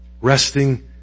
resting